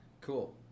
cool